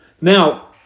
Now